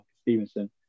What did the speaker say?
Stevenson